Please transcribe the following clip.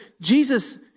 Jesus